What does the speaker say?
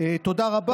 הוא נושא שחשוב לכולנו,